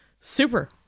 Super